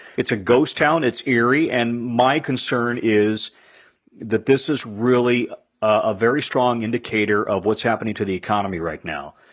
it's a ghost town, it's eerie, and my concern is that this is really a very strong indicator of what's happening to the economy right now.